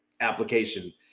application